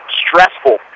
stressful